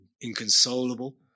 inconsolable